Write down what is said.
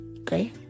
okay